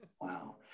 wow